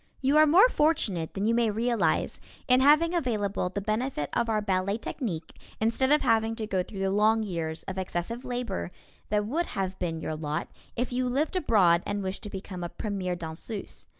you are more fortunate than you may realize in having available the benefit of our ballet technique instead of having to go through the long years of excessive labor that would have been your lot if you lived abroad and wished to become a premier danseuse.